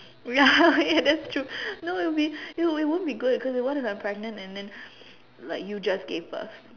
ya eh that's true no it won't it won't be good cause what if I am pregnant and then like you just gave birth